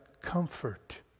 comfort